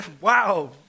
Wow